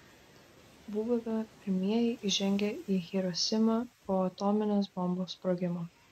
buvome pirmieji įžengę į hirosimą po atominės bombos sprogimo